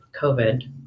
COVID